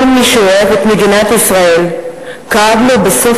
כל מי שאוהב את מדינת ישראל כאב לו בסוף